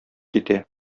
китә